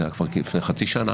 זה היה לפני חצי שנה,